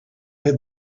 had